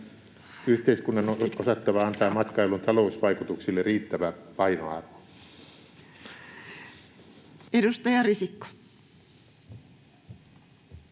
Yhteiskunnan on osattava antaa matkailun talousvaikutuksille riittävä painoarvo. [Speech 156]